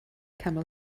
camel